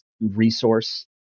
resource